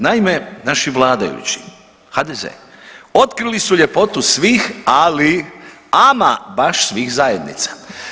Naime, naši vladajući HDZ otkrili su ljepotu svih ali ama baš svih zajednica.